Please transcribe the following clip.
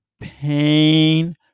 pain